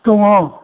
दङ'